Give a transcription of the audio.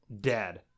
dead